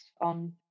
on